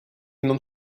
non